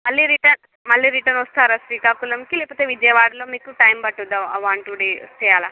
మళ్ళీ రిటర్న్ మళ్ళీ రిటర్న్ వస్తారా శ్రీకాకుళంకి లేకపోతే విజయవాడలో మీకు టైమ్ పడుతుందా వన్ టూ డేస్ స్టే అలా